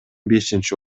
бешинчи